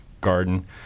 garden